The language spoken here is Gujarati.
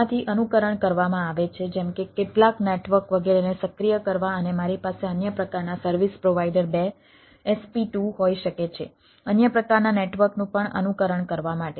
આમાંથી અનુકરણ કરવામાં આવે છે જેમ કે કેટલાક નેટવર્ક વગેરેને સક્રિય કરવા અને મારી પાસે અન્ય પ્રકારના સર્વિસ પ્રોવાઈડર 2 SP2 હોઈ શકે છે અન્ય પ્રકારના નેટવર્કનું પણ અનુકરણ કરવા માટે